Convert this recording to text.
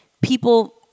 people